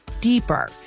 deeper